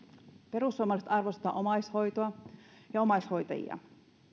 perussuomalaiset arvostavat omaishoitoa ja omaishoitajia